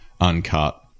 uncut